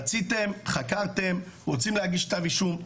רציתם, חקרתם, רוצים להגיש כתב אישום?